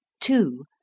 two